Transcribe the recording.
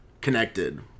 connected